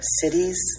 cities